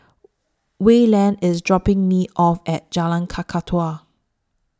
Wayland IS dropping Me off At Jalan Kakatua